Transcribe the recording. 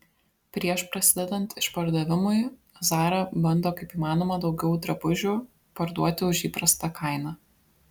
prieš prasidedant išpardavimui zara bando kaip įmanoma daugiau drabužių parduoti už įprastą kainą